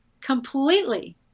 Completely